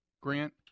Grant